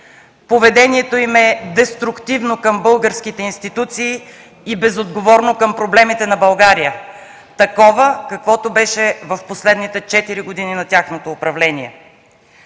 Поведението им е деструктивно към българските институции и безотговорно към проблемите на България – такова, каквото беше в последните четири години от тяхното управление.